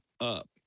up